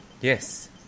Yes